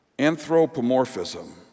anthropomorphism